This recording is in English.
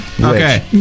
Okay